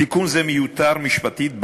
תיקון זה מיותר משפטית,